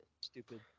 Stupid